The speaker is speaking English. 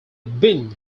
bin